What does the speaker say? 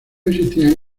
existían